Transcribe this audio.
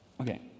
Okay